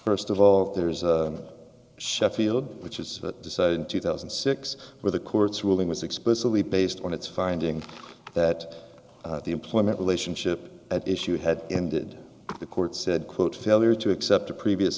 first of all there is sheffield which is decided in two thousand and six where the court's ruling was explicitly based on its finding that the employment relationship at issue had ended the court said quote failure to accept a previous